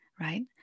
right